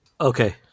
Okay